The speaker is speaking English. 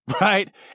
right